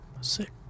sick